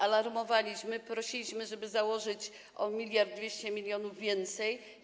Alarmowaliśmy, prosiliśmy, żeby założyć o 1 200 mln zł więcej.